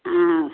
ஆ